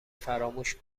فراموش